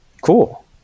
Cool